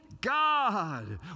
God